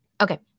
Okay